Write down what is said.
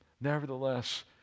Nevertheless